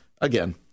Again